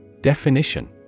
Definition